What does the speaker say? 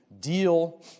deal